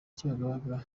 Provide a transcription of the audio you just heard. kibagabaga